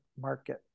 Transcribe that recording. market